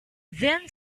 then